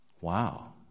wow